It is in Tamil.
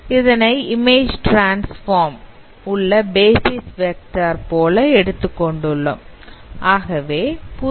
அதனை இமேஜ் டிரான்ஸ்பார்ம் ல் உள்ள பேசிஸ் வெக்டார் போலஅதாவது ஒவ்வொரு basis vector e1 e2 e3 உடைய காலம் என எடுத்துக் கொண்டுள்ளோம்